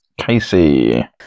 Casey